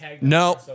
no